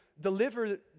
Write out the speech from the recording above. deliver